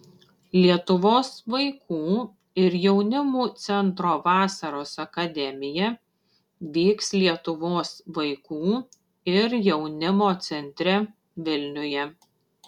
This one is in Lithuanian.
lietuvos vaikų ir jaunimo centro vasaros akademija vyks lietuvos vaikų ir jaunimo centre vilniuje